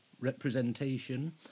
representation